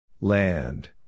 Land